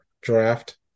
draft